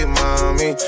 mommy